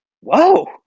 Whoa